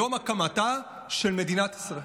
יום הקמתה של מדינת ישראל.